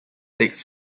takes